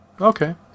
Okay